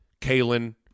Kalen